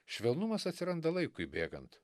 švelnumas atsiranda laikui bėgant